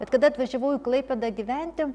bet kada atvažiavau į klaipėdą gyventi